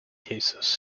cases